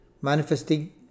manifesting